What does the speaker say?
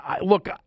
look